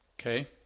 okay